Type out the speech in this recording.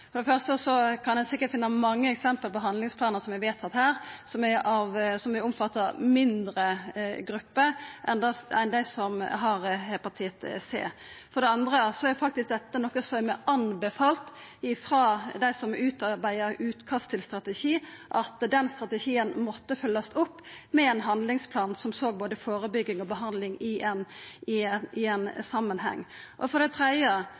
For det første kan ein sikkert finna mange eksempel på handlingsplanar som er vedtatt her, som omfattar mindre grupper enn for dei som har hepatitt C. For det andre er faktisk dette noko som er anbefalt av dei som utarbeidde utkast til strategi, at strategien må følgjast opp med ein handlingsplan som ser både førebygging og behandling i samanheng. For det tredje: